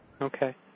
Okay